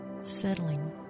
settling